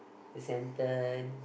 the sentence